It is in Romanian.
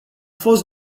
fost